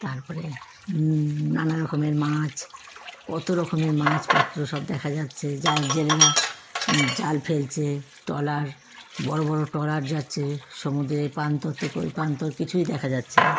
তারপরে নানা রকমের মাছ কত রকমের মাছপত্র সব দেখা যাচ্ছে জাল জেলেরা জাল ফেলছে ট্রলার বড় বড় ট্রলার যাচ্ছে সমুদ্রের এ প্রান্ত থেকে ওই প্রান্ত কিছুই দেখা যাচ্ছে না